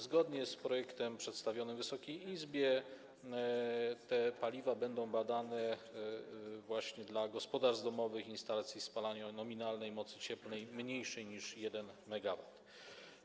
Zgodnie z projektem przedstawionym Wysokiej Izbie te paliwa będą badane właśnie dla gospodarstw domowych i instalacji spalania o nominalnej mocy cieplnej mniejszej niż 1 MW.